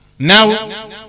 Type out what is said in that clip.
now